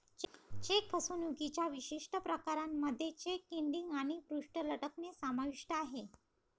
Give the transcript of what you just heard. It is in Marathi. चेक फसवणुकीच्या विशिष्ट प्रकारांमध्ये चेक किटिंग आणि पृष्ठ लटकणे समाविष्ट आहे